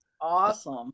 Awesome